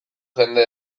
jende